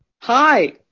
Hi